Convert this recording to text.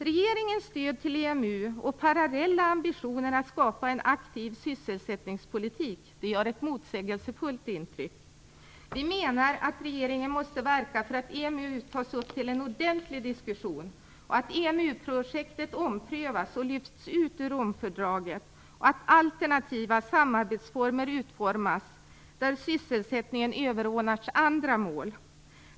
Regeringens stöd till EMU och dess parallella ambition att skapa en aktiv sysselsättningspolitik ger ett motsägelsefullt intryck. Vi menar att regeringen måste verka för att EMU tas upp till en ordentlig diskussion, att EMU-projektet omprövas och lyfts ut ur Romfördraget och att alternativa samarbetsformer utformas där sysselsättningen överordnas andra mål.